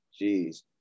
Jeez